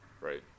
Right